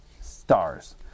stars